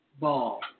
ball